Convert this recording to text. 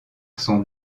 sont